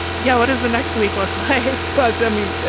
yeah. what is the next week look like? well, it's i mean,